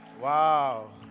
Wow